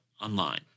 online